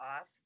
off